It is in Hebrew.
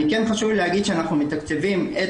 כן חשוב לי להגיד שאנחנו מתקצבים את